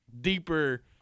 deeper